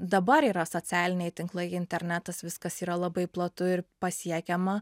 dabar yra socialiniai tinklai internetas viskas yra labai platu ir pasiekiama